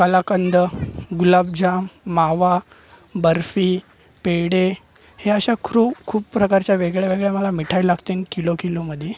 कलाकंद गुलाबजाम मावा बर्फी पेढे हे अशा ख्रु खूप प्रकारच्या वेगळ्या वेगळ्या मला मिठाई लागतील किलो किलोमध्ये